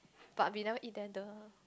but we never eat there duh